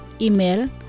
Email